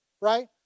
right